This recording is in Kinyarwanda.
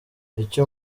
icyo